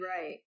Right